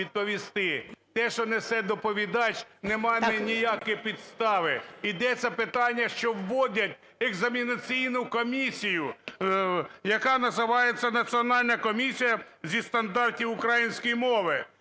Те, що несе доповідач, не має ніякої підстави. Йдеться питання, що вводять екзаменаційну комісію, яка називається Національна комісія зі стандартів української мови.